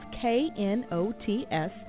K-N-O-T-S